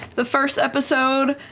the first episode.